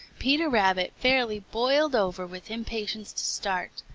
peter rabbit fairly boiled over with impatience to start,